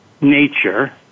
nature